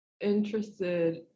interested